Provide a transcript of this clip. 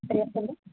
पर्याप्तं वा